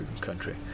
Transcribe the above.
country